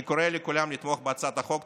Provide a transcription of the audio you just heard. אני קורא לכולם לתמוך בהצעת החוק.